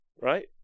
Right